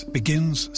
begins